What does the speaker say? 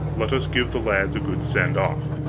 let us give the lads a good send off.